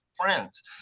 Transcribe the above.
friends